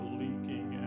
leaking